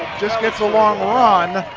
just gets a long run,